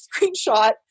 screenshot